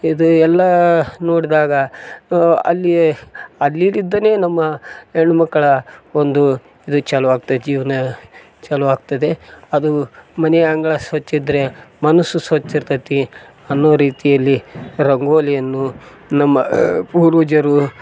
ಇದು ಎಲ್ಲ ನೋಡಿದಾಗ ಅಲ್ಲಿ ಅಲ್ಲಿದಿದ್ದನೇ ನಮ್ಮ ಹೆಣ್ಮಕ್ಳ ಒಂದು ಇದು ಚಾಲುವಾಗ್ತೈತಿ ಜೀವನ ಚಾಲುವಾಗ್ತದೆ ಅದು ಮನೆಯ ಅಂಗಳ ಸ್ವಚ್ಛ ಇದ್ದರೆ ಮನಸ್ಸು ಸ್ವಚ್ಛ ಇರ್ತತಿ ಅನ್ನೋ ರೀತಿಯಲ್ಲಿ ರಂಗೋಲಿಯನ್ನು ನಮ್ಮ ಪೂರ್ವಜರು